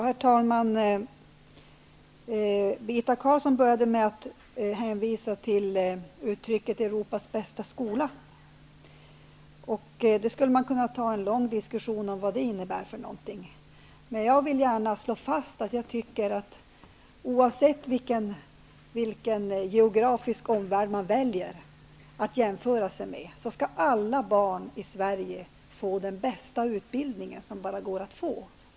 Herr talman! Birgitta Carlsson började med att hänvisa till uttrycket ''Europas bästa skola''. Man skulle kunna ta en lång diskussion om vad det innebär. Men jag vill gärna slå fast att jag tycker att oavsett vilken geografisk omvärld man väljer att jämföra sig med skall alla barn i Sverige få den bästa utbildning som går att få.